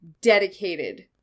dedicated